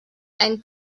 and